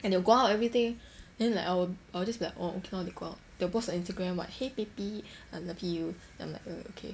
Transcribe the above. and they'll go out everything then like I'll I'll just be like orh okay lor they'll go out they'll post on their instagram what !hey! baby I love you then I'm like err okay